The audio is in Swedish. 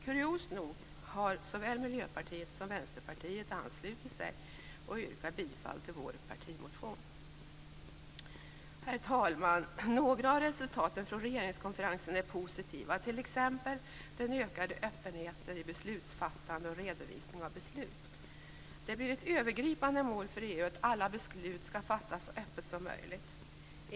Kuriöst nog har såväl Miljöpartiet som Vänsterpartiet anslutit sig och yrkar bifall till vår partimotion. Herr talman! Några av resultaten från regeringskonferensen är positiva, t.ex. den ökade öppenheten i beslutsfattande och redovisning av beslut. Det blir ett övergripande mål för EU att alla beslut skall fattas så öppet som möjligt.